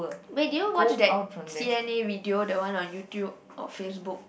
wait did you watch that C_N_A video the one on YouTube or FaceBook